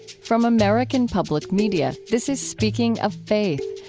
from american public media, this is speaking of faith,